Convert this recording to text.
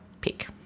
pick